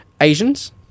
asians